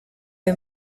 ayo